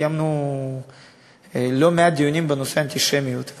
קיימנו לא מעט דיונים בנושא האנטישמיות.